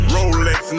Rolex